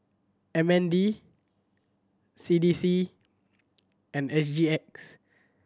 M N D C D C and S G X